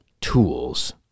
tools